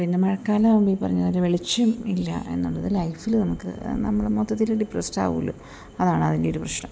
പിന്നെ മഴക്കാലം ആവുമ്പം ഈ പറഞ്ഞത് പോലെ വെളിച്ചം ഇല്ല എന്നുള്ളത് ലൈഫിൽ നമുക്ക് നമ്മൾ മൊത്തത്തിൽ ഡിപ്രസ്ഡ് ആവുമല്ലോ അതാണ് അതിൻ്റെ ഒരു പ്രശ്നം